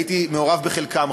הייתי מעורב בחלקם,